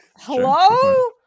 hello